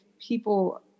people